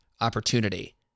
opportunity